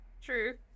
True